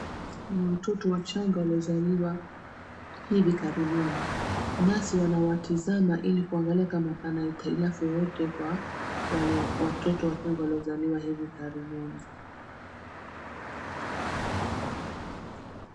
Ni watoto wachanga waliozaliwa hivi karibuni. Nurse wanawatazama ili kuangalia kama pana hitilafu yoyote kwa watoto wachanga waliozaliwa hivi karibuni.